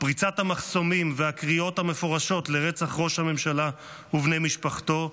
פריצת המחסומים והקריאות המפורשות לרצח ראש הממשלה ובני משפחתו,